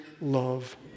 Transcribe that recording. love